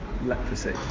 leprosy